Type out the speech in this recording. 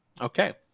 Okay